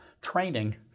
training